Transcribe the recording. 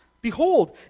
Behold